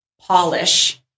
polish